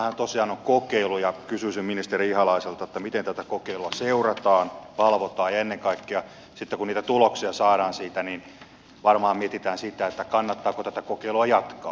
tämähän tosiaan on kokeilu ja kysyisin ministeri ihalaiselta miten tätä kokeilua seurataan valvotaan ja ennen kaikkea sitten kun niitä tuloksia saadaan siitä niin varmaan mietitään sitä kannattaako tätä kokeilua jatkaa